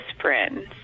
friends